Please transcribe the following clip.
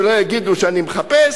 שלא יגידו שאני מחפש.